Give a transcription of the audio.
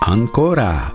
Ancora